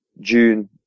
June